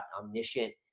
omniscient